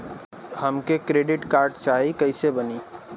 हमके credit card चाही कैसे बनी?